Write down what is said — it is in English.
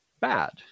bad